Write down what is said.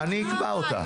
אני אקבע אותה.